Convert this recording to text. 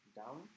down